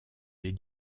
les